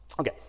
Okay